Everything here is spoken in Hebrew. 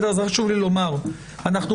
חשוב לי לומר את זה.